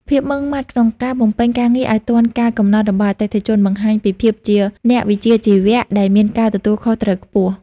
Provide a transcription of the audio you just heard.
ភាពម៉ឺងម៉ាត់ក្នុងការបំពេញការងារឱ្យទាន់កាលកំណត់របស់អតិថិជន បង្ហាញពីភាពជាអ្នកវិជ្ជាជីវៈដែលមានការទទួលខុសត្រូវខ្ពស់។